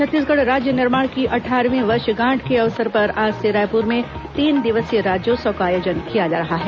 छत्तीसगढ़ राज्य निर्माण की अट्ठारहवीं वर्षगांठ के अवसर पर आज से रायपुर में तीन दिवसीय राज्योत्सव का आयोजन किया जा रहा है